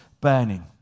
burning